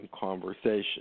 conversation